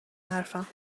حرفم